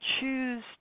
Choose